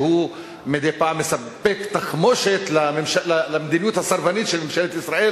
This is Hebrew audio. שהוא מדי פעם מספק תחמושת למדיניות הסרבנית של מדינת ישראל